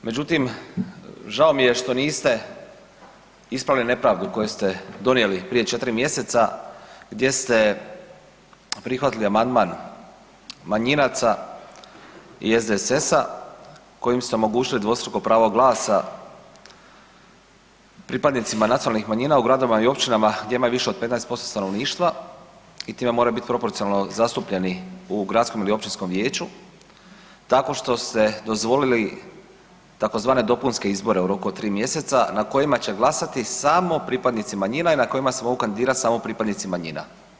Međutim, žao mi je što niste ispravili nepravdu koju ste donijeli prije 4 mjeseca gdje ste prihvatili amandman manjinaca i SDSS-a kojim ste omogućili dvostruko pravo glasa pripadnicima nacionalnih manjina u gradovima i općinama gdje ima više od 15% stanovništva i time moraju biti proporcionalno zastupljeni u gradskom ili općinskom vijeću tako što ste dozvolili tzv. dopunske izbore u roku od 3 mjeseca na kojima će glasati samo pripadnici manjina i na kojima se mogu kandidirati samo pripadnici manjina.